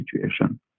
situation